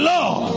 Lord